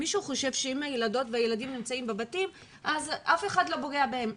מישהו חושב שאם הילדות והילדים נמצאים בבתים אז אף אחד לא פוגע בהם?